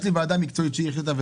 יש לי ועדה מקצועית שהיא החליטה,